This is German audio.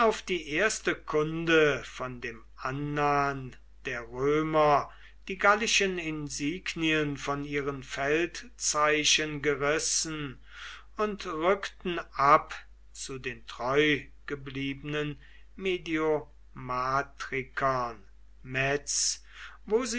die erste kunde von dem annahen der römer die gallischen insignien von ihren feldzeichen gerissen und rückten ab zu den treugebliebenen mediomatrikern metz